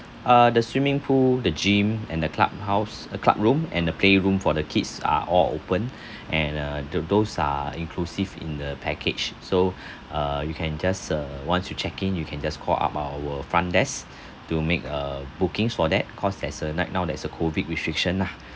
uh the swimming pool the gym and the clubhouse a clubroom and a playroom for the kids are all open and uh the those are inclusive in the package so uh you can just uh once you check in you can just call up our front desk to make uh bookings for that cause there's a right now there's a COVID restriction lah